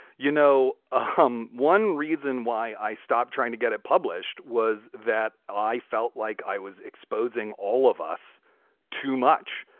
you know, i'm ah um one reason why i stopped trying to get it published was that i felt like i was exposing all of us too much.